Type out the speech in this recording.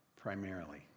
primarily